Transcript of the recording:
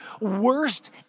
worst